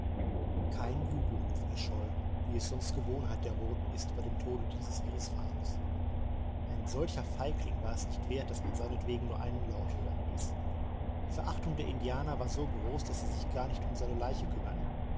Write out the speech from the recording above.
kein jubelruf erscholl wie es sonst gewohnheit der roten ist bei dem tode dieses ihres feindes ein solcher feigling war es nicht wert daß man seinetwegen nur einen laut hören ließ die verachtung der indianer war so groß daß sie sich gar nicht um seine leiche kümmerten